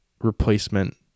replacement